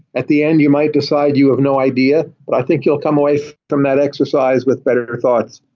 at the end you might decide you have no idea, but i think you will come away from that exercise with better thoughts.